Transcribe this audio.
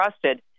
trusted